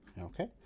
okay